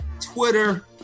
Twitter